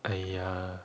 !aiya!